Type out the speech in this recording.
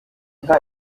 nka